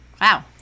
Wow